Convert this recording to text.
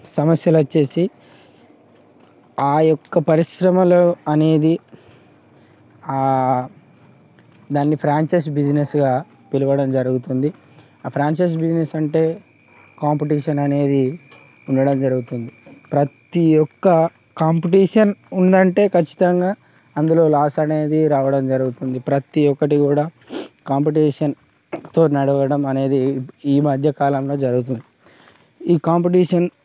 సమస్యలు వచ్చేసి ఆయొక్క పరిశ్రమలు అనేది దాన్ని ఫ్రాంచైస్ బిజినెస్గా పిలవడం జరుగుతుంది ఆ ఫ్రాంచైజ్ బిజినెస్ అంటే కాంపిటీషన్ అనేది ఉండడం జరుగుతుంది ప్రతీ ఒక్క కాంపిటీషన్ ఉందంటే ఖచ్చితంగా అందులో లాస్ అనేది రావడం జరుగుతుంది ప్రతీ ఒక్కటి కూడా కాంపిటీషన్తో నడవడం అనేది ఈమధ్య కాలంలో జరుగుతుంది ఈ కాంపిటీషన్